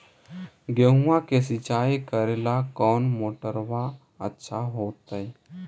गेहुआ के सिंचाई करेला कौन मोटरबा अच्छा होतई?